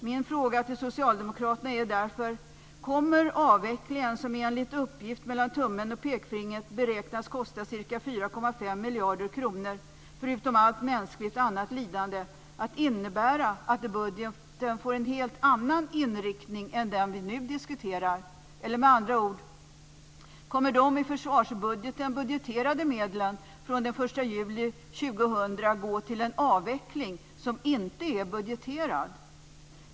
Min fråga till socialdemokraterna är därför: Kommer avvecklingen, som enligt uppgift mellan tummen och pekfingret beräknas kosta ca 4,5 miljarder kronor förutom allt mänskligt och annat lidande, att innebära att budgeten får en helt annan inriktning än den som vi nu diskuterar? Eller kommer, med andra ord, de i försvarsbudgeten budgeterade medlen från den 1 juli år 2000 att gå till en avveckling som inte är budgeterad?